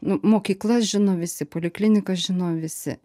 nu mokyklas žino visi poliklinikas žino visi